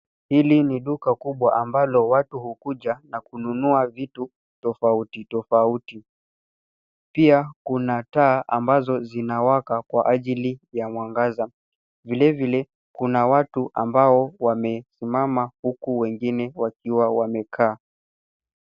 Hili ni duka kubwa ambalo watu hukuja na kununua vitu tofauti tofauti . Pia kuna taa ambazo zinawaka kwa ajili ya mwangaza. Vile vile, kuna watu ambao wamesimama huku wengine wakiwa wamekaa.